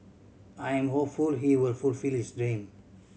I am hopeful he will fulfil his dream